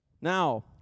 Now